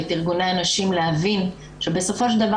ואת ארגוני הנשים להבין שבסופו של דבר